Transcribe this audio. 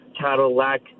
cadillac